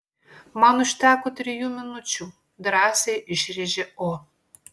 man užteko trijų minučių drąsiai išrėžė o